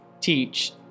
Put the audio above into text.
teach